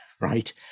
right